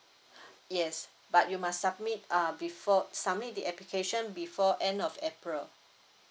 yes but you must submit uh before submit the application before end of april